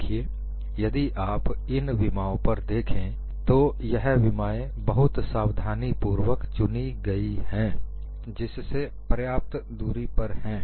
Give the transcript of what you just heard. देखिए यदि आप इन विमाओं पर देंखें तो यह विमायें बहुत सावधानीपूर्वक चुनी गई हैं जिससे पर्याप्त दूरी पर है